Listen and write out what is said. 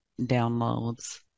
downloads